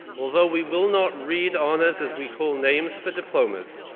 although we will not read honors as we call names for diplomas,